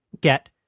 get